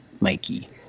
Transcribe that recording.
Mikey